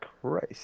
Christ